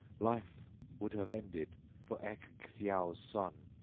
life would have ended for ecgtheow's son,